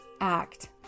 act